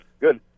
Good